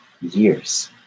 years